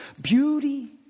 beauty